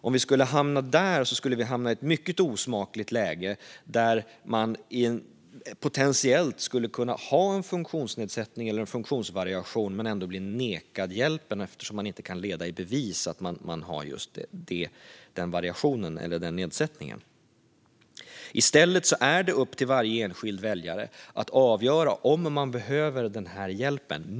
Om vi skulle hamna där skulle vi hamna i ett mycket osmakligt läge där man potentiellt skulle kunna ha en funktionsnedsättning eller en funktionsvariation men ändå bli nekad hjälpen, eftersom man inte kan leda i bevis att man har just den variationen eller den nedsättningen. I stället är det upp till varje enskild väljare att avgöra om man behöver den här hjälpen.